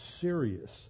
serious